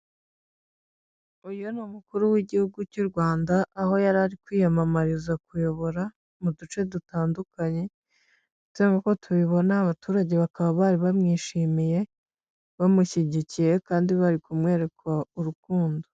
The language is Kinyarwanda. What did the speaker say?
Uyu yari umukuru w'igihugu cy'u Rwanda, aho yari ari kwiyamamariza kuyobora mu duce dutandukanye, ndetse nk'uko tubibona abaturage bakaba bari bamwishimiye, bamushyigikiye kandi bari kumwereka urukundo.